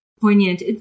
poignant